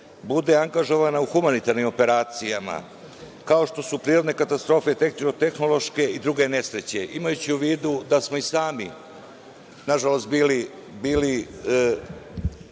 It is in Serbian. bude angažovana u humanitarnim operacijama, kao što su prirodne katastrofe, tehničko-tehnološke i druge nesreće. Imajući u vidu da smo i sami, nažalost, bili